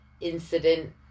incident